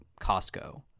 Costco